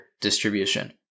distribution